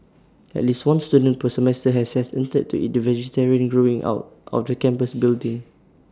at least one student per semester has set attempted to eat the vegetation growing out of the campus building